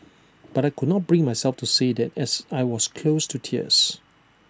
but I could not bring myself to say that as I was close to tears